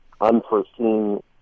unforeseen